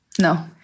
no